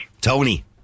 Tony